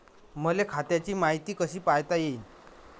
मले खात्याची मायती कशी पायता येईन?